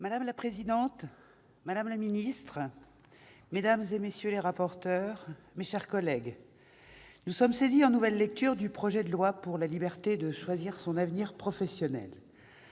Madame la présidente, madame la ministre, madame, messieurs les rapporteurs, mes chers collègues, nous sommes saisis en nouvelle lecture du projet de loi pour la liberté de choisir son avenir professionnel.